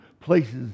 places